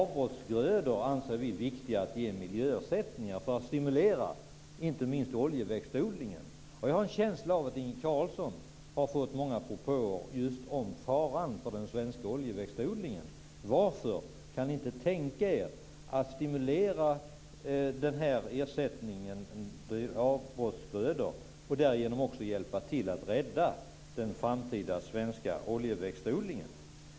Vi anser att det är viktigt att ge miljöersättningar till avbrottsgrödor för att stimulera inte minst oljeväxtodlingen. Jag har en känsla av att Inge Carlsson har fått många propåer om just faran för den svenska oljeväxtodlingen. Varför kan ni inte tänka er att stimulera ersättningen för avbrottsgrödor och därigenom hjälpa till att rädda den framtida svenska oljeväxtodlingen?